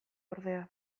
ordea